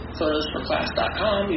PhotosForClass.com